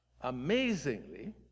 amazingly